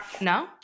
no